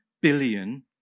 billion